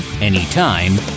anytime